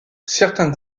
certains